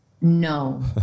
No